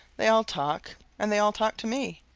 they all talk, and they all talk to me,